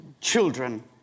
children